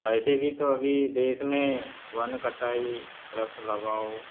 वैसे भी तो अभी देश में वन कटाई वृक्ष लगाओ